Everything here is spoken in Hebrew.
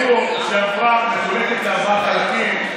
הרפורמה ביבוא שעברה מחולקת לארבעה חלקים.